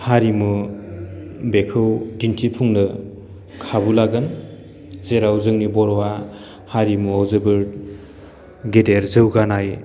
हारिमु बेखौ दिन्थिफुंनो खाबु लागोन जेराव जोंनि बर'आ हारिमुवाव जोबोर गेदेर जौगानाय